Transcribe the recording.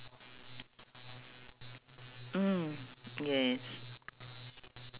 at changi right the yellow rice is different from the one which I tried at tepak sireh